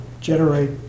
generate